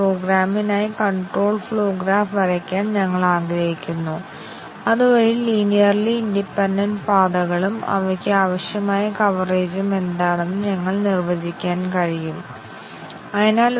പക്ഷേ ഞാൻ ചോദിക്കാൻ ആഗ്രഹിക്കുന്ന ചോദ്യം basic condition coverage decision coverage ഉപയോഗപ്പെടുത്തുമോ എന്നതാണ്